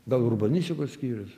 gal urbanistikos skyrius